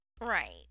Right